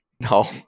No